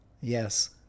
Yes